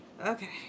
Okay